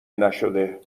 نشده